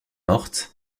morte